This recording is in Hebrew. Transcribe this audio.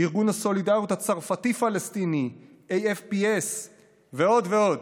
ארגון הסולידריות הצרפתי-פלסטיני AFPS ועוד ועוד.